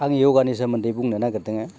आं यगानि सोमोन्दै बुंनो नागिरदोङो